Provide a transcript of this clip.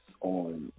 on